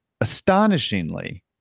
Astonishingly